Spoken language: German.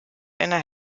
einer